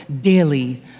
daily